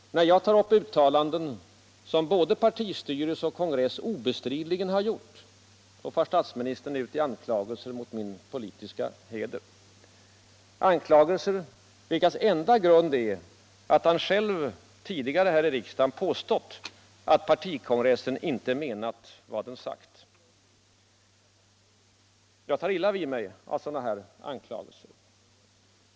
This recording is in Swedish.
När jag tar upp uttalanden som både partistyrelse och kongress obestridligen har gjort, far statsministern ut i anklagelser mot min politiska heder. Anklagelser vilkas enda grund är att han själv tidigare här i riksdagen påstått att partikongressen inte menat vad den sagt. Jag tar illa vid mig av sådana här anklagelser.